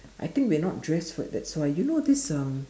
I think we're not dressed for it that's why you know this um